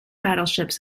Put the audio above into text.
battleships